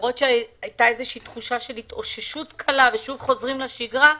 למרות תחושת ההתאוששות הקלה והחזרה לשגרה,